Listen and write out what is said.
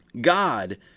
God